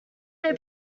they